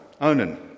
Onan